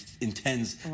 intends